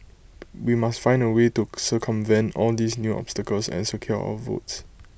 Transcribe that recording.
we must find A way to circumvent all these new obstacles and secure our votes